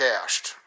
cashed